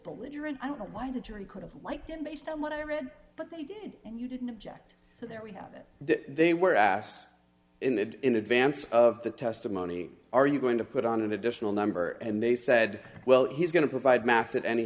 belligerent i don't know why the jury could have liked him based on what i read but they did and you didn't object so there we have it that they were asked in advance of the testimony are you going to put on an additional number and they said well he's going to provide math that any